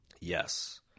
Yes